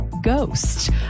ghost